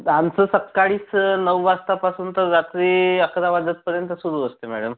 आमचं सकाळीच नऊ वाजतापासून तर रात्री अकरा वाजेपर्यंत सुरू असते मॅडम